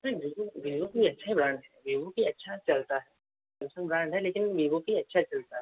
नहीं Vivo Vivo भी अच्छे ब्रांड है विवो भी अच्छा चलता है सैमसंग ब्रांड है लेकिन विवो भी अच्छा चलता है